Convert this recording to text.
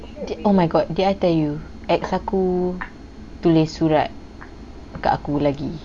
oh my god did I tell you ex aku tulis surat kat aku lagi